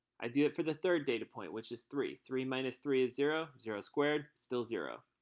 i do it for the third data point, which is three. three minus three is zero. zero squared, still zero.